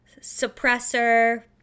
suppressor